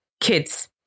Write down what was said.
kids